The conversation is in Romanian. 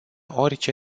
orice